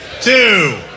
two